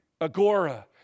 Agora